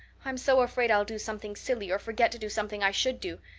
i'm so afraid i'll do something silly or forget to do something i should do.